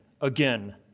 again